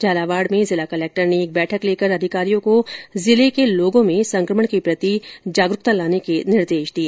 झालावाड़ में जिला कलेक्टर ने एक बैठक लेकर अधिकारियों को जिले के लोगों में संकमण के प्रति जागरूक करने के निर्देश दिए